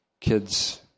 kids